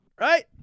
right